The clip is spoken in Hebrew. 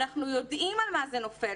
אנחנו יודעים על מה זה נופל,